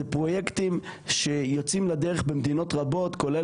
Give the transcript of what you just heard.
זה פרויקטים שיוצאים לדרך במדינות רבות כולל